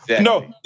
No